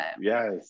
Yes